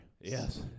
Yes